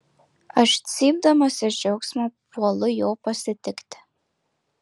aš cypdamas iš džiaugsmo puolu jo pasitikti